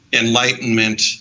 enlightenment